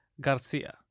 Garcia